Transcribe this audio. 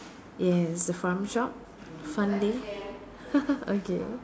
yes the farm shop fun day okay